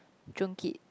Joon-Kit